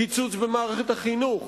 קיצוץ במערכת החינוך,